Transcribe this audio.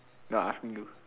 no I asking you